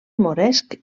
moresc